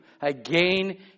again